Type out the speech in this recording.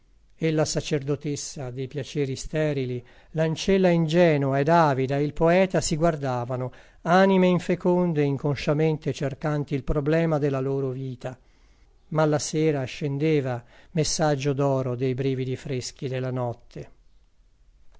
e la sacerdotessa dei piaceri sterili l'ancella ingenua ed avida e il poeta si guardavano anime infeconde inconsciamente cercanti il problema della loro vita ma la sera scendeva messaggio d'oro dei brividi freschi della notte